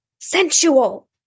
sensual